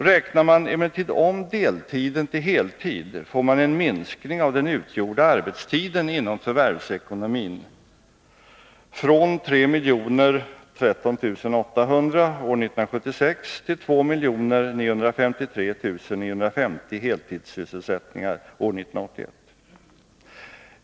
Räknar man om deltiden till heltid får man en minskning av den utgjorda arbetstiden inom förvärvsekonomin från 3 013 800 år 1976 till 2953 950 heltidssysselsättningar år 1981.